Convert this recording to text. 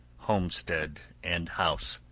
homestead and house.